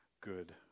good